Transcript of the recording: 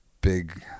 big